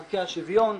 ערכי השוויון,